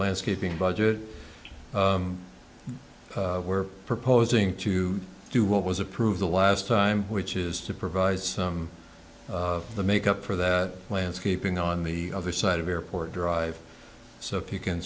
landscaping budget we're proposing to do what was approved the last time which is to provide some of the make up for that landscaping on the other side of airport drive so if you can